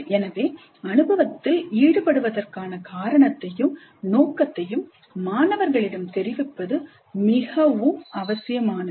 எனவே அனுபவத்தில் ஈடுபடுவதற்கான காரணத்தையும் நோக்கத்தையும் மாணவர்களிடம் தெரிவிப்பது மிகவும் அவசியமானது